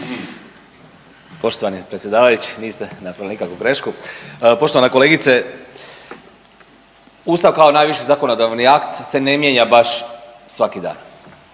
Poštovani predsjedavajući niste napravili nikakvu grešku. Poštovana kolegice, Ustav kao najviši zakonodavni akt se ne mijenja baš svaki dan